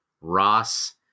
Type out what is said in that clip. Ross